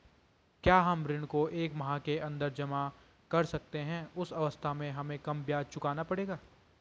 क्या हम ऋण को एक माह के अन्दर जमा कर सकते हैं उस अवस्था में हमें कम ब्याज चुकाना पड़ेगा?